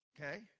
Okay